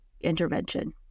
intervention